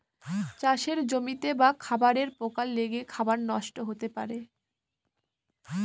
চাষের জমিতে বা খাবারে পোকা লেগে খাবার নষ্ট হতে পারে